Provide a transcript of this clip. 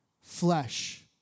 flesh